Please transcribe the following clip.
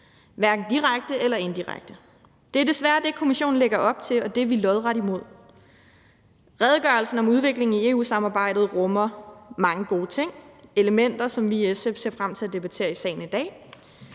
hverken direkte eller indirekte. Det er desværre det, Kommissionen lægger op til, og det er vi lodret imod. Kl. 10:52 Redegørelsen om udviklingen i EU-samarbejdet rummer mange gode ting – elementer, som vi i SF ser frem til at debatten i salen i dag